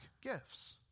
gifts